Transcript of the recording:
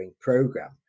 program